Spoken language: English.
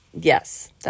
yes